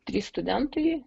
trys studentai